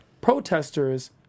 protesters